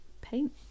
paint